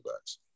backs